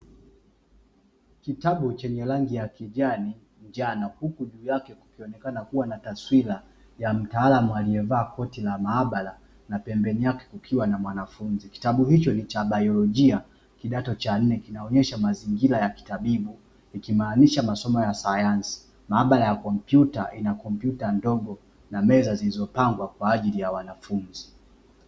Kitabu chenye rangi ya kijani njano, huku juu yake kukionekana kuwa na taswira ya mtaalamu aliyevaa koti la maabara na pembeni yake kukiwa na mwanafunzi, kitabu hicho ni cha biolojia kidato cha nne kinaonyesha mazingira ya kitabibu ikimaanisha masomo ya sayansi maabara ya kompyuta ina computer ndogo na meza zilizopangwa kwa ajili ya wanafunzi.